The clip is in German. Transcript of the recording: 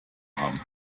haben